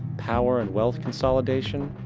power and wealth consolidation,